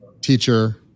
teacher